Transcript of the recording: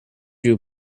you